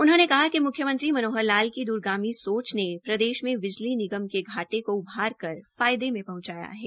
उन्होंने कहा कि म्ख्यमंत्री मनोहर लाल की द्रगामी सोच ने प्रदेश में बिजली निगम के घाटे को उभारकर फायदे में पहंचाया है